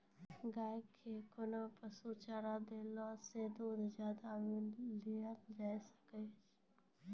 गाय के कोंन पसुचारा देला से दूध ज्यादा लिये सकय छियै?